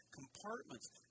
compartments